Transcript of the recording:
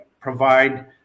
provide